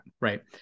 right